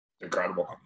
incredible